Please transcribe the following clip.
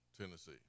Tennessee